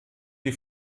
die